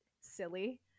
silly